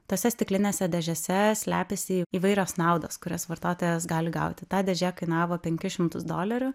tose stiklinėse dėžėse slepiasi įvairios naudas kurias vartotojas gali gauti ta dėžė kainavo penkis šimtus dolerių